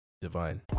Divine